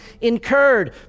incurred